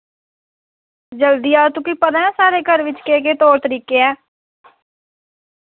जल्दी आ तुगी पता एह् स्हाड़े घर बिच्च केह् केह् तौर तरीके ऐ